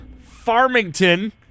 Farmington